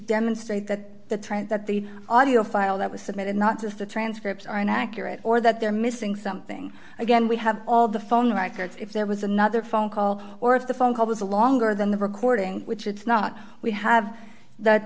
demonstrate that the trend that the audio file that was submitted not just the transcripts are inaccurate or that they're missing something again we have all the phone records if there was another phone call or if the phone call was a longer than the recording which it's not we have th